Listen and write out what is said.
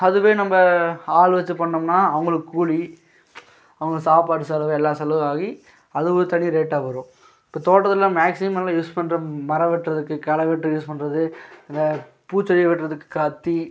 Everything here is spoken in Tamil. அதுவே நம்ம ஆள் வைச்சு பண்ணிணோம்னா அவங்களுக்கு கூலி அவங்க சாப்பாடு செலவு எல்லா செலவும் ஆகி அது ஒரு தனி ரேட்டாக போயிடும் இப்போ தோட்டத்தெல்லாம் மேக்ஸிமம் எல்லாம் யூஸ் பண்ணுற மரம் வெட்டுறதுக்கு களை வெட்ட யூஸ் பண்ணுறது அந்த பூச்செடி வெட்டுறதுக்கு கத்தி